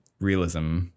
realism